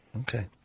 Okay